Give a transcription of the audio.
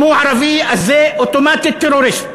אם הוא ערבי, זה אוטומטית טרוריסט.